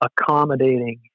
accommodating